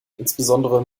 insbesondere